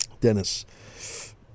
Dennis